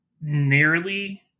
nearly